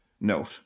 note